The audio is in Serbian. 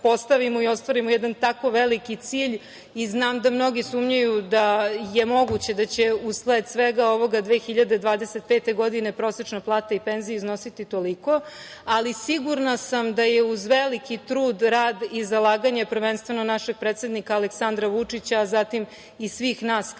i ostvarimo jedan tako veliki cilj i znam da mnogi sumnjaju da je moguće da će u sled svega ovoga 2025. godine prosečna plata i penzija iznositi toliko, ali sigurna sam da je uz veliki trud, rad i zalaganje prvenstveno našeg predsednika Aleksandra Vučića, zatim i svi nas kao